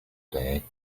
day